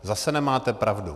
Zase nemáte pravdu.